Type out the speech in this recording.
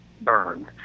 burned